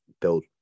build